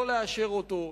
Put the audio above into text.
לא לאשר אותו,